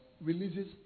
releases